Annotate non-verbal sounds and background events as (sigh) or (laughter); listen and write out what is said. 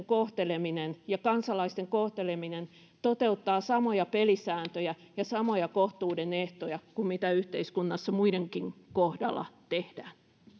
(unintelligible) kohteleminen ja kansalaisten kohteleminen toteuttaa samoja pelisääntöjä ja samoja kohtuuden ehtoja kuin yhteiskunnassa muidenkin kohdalla